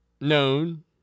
known